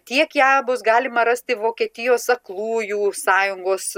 tiek ją bus galima rasti vokietijos aklųjų sąjungos